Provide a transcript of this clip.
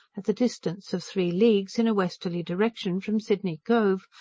at the distance of three leagues, in a westerly direction, from sydney cove,